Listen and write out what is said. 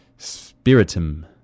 Spiritum